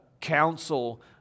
counsel